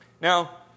Now